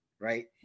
Right